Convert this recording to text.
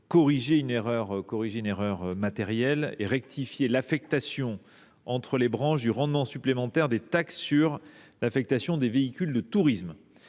corriger une erreur matérielle et de rectifier l’affectation entre les branches du rendement supplémentaire des taxes sur l’utilisation de véhicules de tourisme